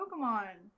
Pokemon